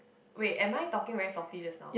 wait am I talking very softly just now